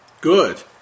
Good